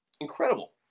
Incredible